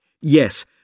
Yes